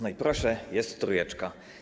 No i proszę, jest trójeczka.